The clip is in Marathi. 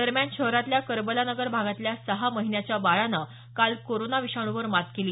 दरम्यान शहरातल्या करबला नगर भागातल्या सहा महिन्याच्या बाळानं काल कोरोना विषाणूवर मात केली